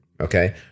okay